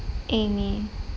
amy